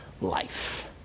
life